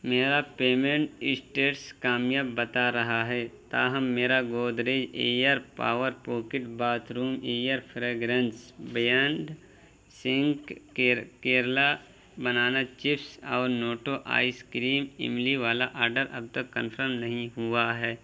میرا payment status کامیاب بتا رہا ہے تاہم میرا Godrej air power pocket bathroom air fragrance بینڈ سینک کیرلا بنانا چپس اور نوٹو آئس کریم املی والا آرڈر اب تک کنفرم نہیں ہوا ہے